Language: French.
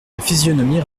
physionomie